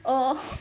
oh